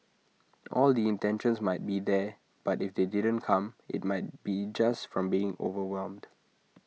all the intentions might be there but if they didn't come IT might be just from being overwhelmed